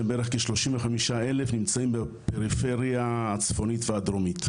שהם בערך 35,000 נמצאים בפריפריה הצפונית והדרומית,